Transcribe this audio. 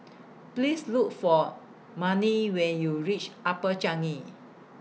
Please Look For Mannie when YOU REACH Upper Changi